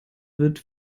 wird